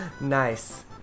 Nice